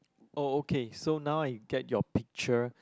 oh okay so now I get your picture